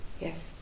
Yes